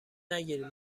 نگیر